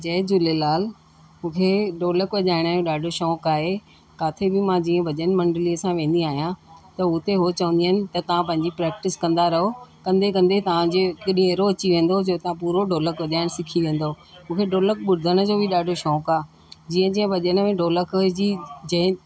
जय झूलेलाल मूंखे ढोलक वॼाइण जो ॾाढो शौक़ु आहे काथे बि मां जीअं भॼन मंडलीअ सां वेंदी आहियां त हुते उहो चवंदियूं आहिनि की तव्हां पंहिंजी प्रेक्टिस कंदा रहो कंदे कंदे तव्हांजे हिकु ॾींहुं अहिड़ो अची वेंदो जो तव्हां पूरो ढोलक वॼाइण सिखी वेंदो मूंखे ढोलक ॿुधण जो बि ॾाढो शौक़ु आहे जीअं जीअं भॼन में ढोलक जी जंहिं